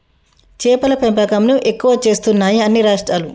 చేపల పెంపకం ను ఎక్కువ చేస్తున్నాయి అన్ని రాష్ట్రాలు